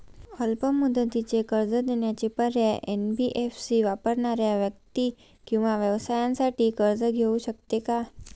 अल्प मुदतीचे कर्ज देण्याचे पर्याय, एन.बी.एफ.सी वापरणाऱ्या व्यक्ती किंवा व्यवसायांसाठी कर्ज घेऊ शकते का?